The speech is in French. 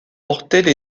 portaient